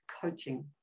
coaching